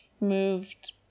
moved